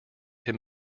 him